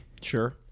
Sure